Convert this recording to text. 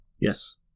yes